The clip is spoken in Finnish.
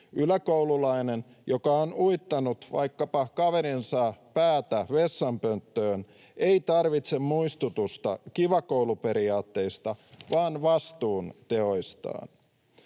Yläkoululainen, joka on vaikkapa uittanut kaverinsa päätä vessanpöntössä, ei tarvitse muistutusta Kiva Koulu ‑periaatteista vaan vastuun ottamista